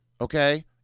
okay